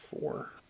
four